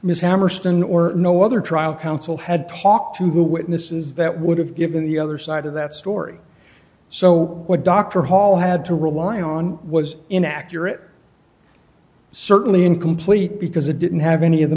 ms hammerstone or no other trial counsel had talked to the witnesses that would have given the other side of that story so what dr hall had to rely on was inaccurate certainly incomplete because it didn't have any of the